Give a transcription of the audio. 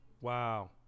Wow